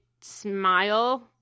smile